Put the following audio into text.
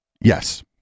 Yes